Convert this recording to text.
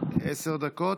עשר דקות?